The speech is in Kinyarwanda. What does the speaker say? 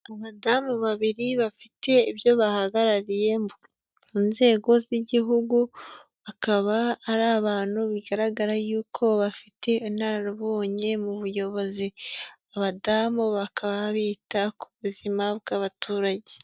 Abadamu babiri bafite ibyo bahagarariye mu nzego z'igihugu, akaba ari abantu bigaragara yuko bafite inararibonye mu buyobozi, abadamu bakaba bita ku buzima bw'abaturage.